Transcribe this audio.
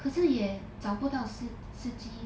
可是也找不到司司机